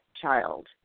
child